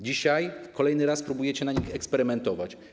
Dzisiaj kolejny raz próbujecie na nich eksperymentować.